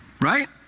right